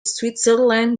switzerland